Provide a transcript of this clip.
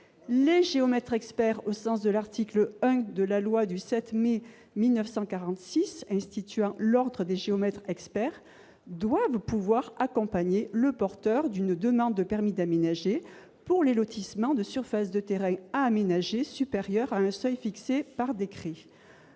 les géomètres-experts, au sens de l'article 1de la loi du 7 mai 1946 instituant l'Ordre des géomètres-experts, doivent pouvoir accompagner le porteur d'une demande de permis d'aménager pour les lotissements de surface de terrain à aménager supérieure à un seuil fixé par décret.